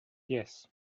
yes